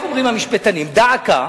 גם אוכלים את הדגים